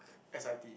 s_i_t